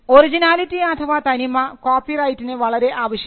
originality അഥവാ തനിമ കോപ്പിറൈറ്റിന് വളരെ ആവശ്യമാണ്